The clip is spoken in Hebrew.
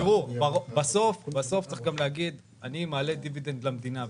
בסוף צריך גם לומר שאני מעלה דיבידנד למדינה.